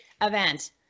event